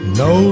no